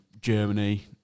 Germany